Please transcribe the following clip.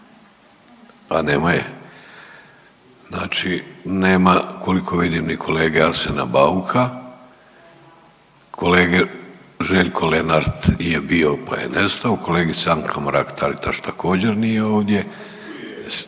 A nema je? Znači nema koliko vidim ni kolege Arsena Bauka. Kolega Željko Lenart je bio, pa je nestao. Kolegica Anka Mrak-Taritaš također nije ovdje.